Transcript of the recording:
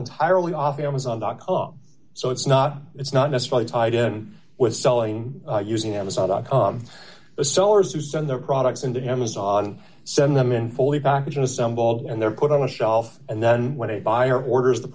entirely off amazon dot com so it's not it's not necessarily tied in with selling using amazon dot com the sellers who send their products into amazon send them in full the packaging assembled and they're put on the shelf and then when a buyer orders the